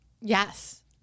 Yes